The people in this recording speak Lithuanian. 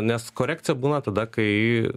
nes korekcija būna tada kai